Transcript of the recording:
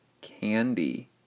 candy